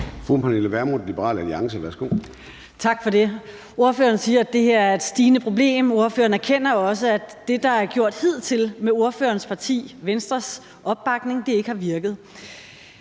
Pernille Vermund (LA): Tak for det. Ordføreren siger, at det her er et stigende problem, og ordføreren erkender også, at det, der hidtil er blevet gjort med ordførerens parti, Venstres opbakning, ikke har virket.